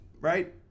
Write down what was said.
right